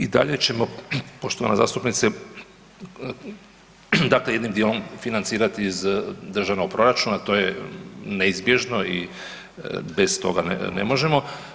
I dalje ćemo poštovana zastupnice, dakle jednim dijelom financirati iz državnog proračuna, to je neizbježno i bez toga ne možemo.